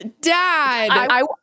Dad